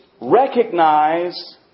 recognize